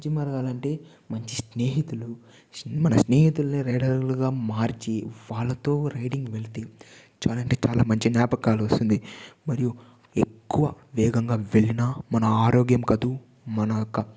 మంచి మార్గాలంటే మంచి స్నేహితులు మన స్నేహితులనే రైడర్ లుగా మార్చి వాళ్ళతో రైడింగ్ వెళ్తే చాలా అంటే చాలా మంచి జ్ఞాపకాలు వస్తుంది మరియు ఎక్కువ వేగంగా వెళ్ళిన మన ఆరోగ్యం కాదు మన యొక్క